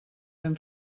ben